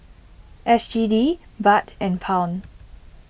S G D Baht and Pound